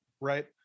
right